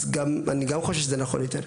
אז אני גם חושב שזה נכון יותר.